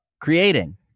creating